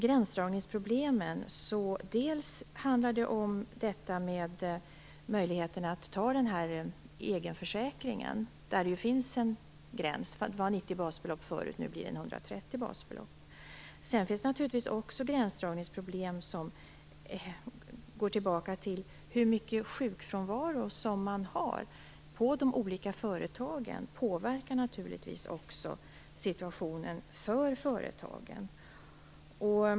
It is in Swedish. Gränsdragningsproblemen handlar bl.a. om möjligheten att ta den här egenförsäkringen, där det ju finns en gräns - det var förut 90 basbelopp och blir nu 130 basbelopp. Sedan finns det naturligtvis också gränsdragningsproblem som har att göra med hur hög sjukfrånvaro man har på de olika företagen. Detta påverkar naturligtvis situationen för företagen.